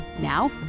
Now